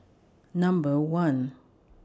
Number one